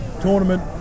tournament